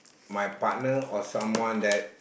my partner or someone that